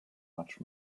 much